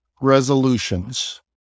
resolutions